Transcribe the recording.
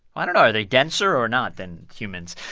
i don't know. are they denser or not than humans?